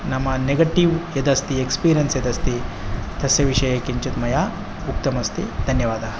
नाम नेगटिव् यद् अस्ति एक्स्पीर्यन्स् यद् अस्ति तस्य विषये किञ्चित् मया उक्तम् अस्ति धन्यवादः